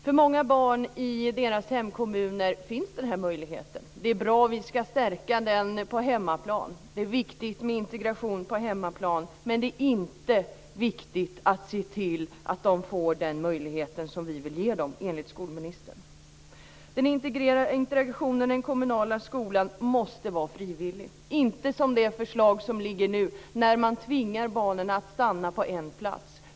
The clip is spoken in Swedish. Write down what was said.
För många av barnen finns den här möjligheten i hemkommunen. Det är bra. Vi ska stärka den på hemmaplan. Det är viktigt med integration på hemmaplan men det är inte viktigt, enligt skolministern, att se till att de här barnen får den möjlighet som vi vill ge dem. Integrationen i den kommunala skolan måste vara frivillig. Det ska inte vara som enligt det förslag som nu föreligger - dvs. att man tvingar barnen att stanna på en plats.